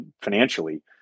financially